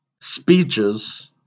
speeches